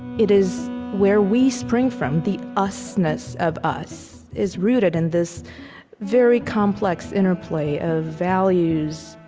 it is where we spring from. the us ness of us is rooted in this very complex interplay of values,